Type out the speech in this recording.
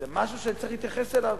זה משהו שאני צריך להתייחס אליו.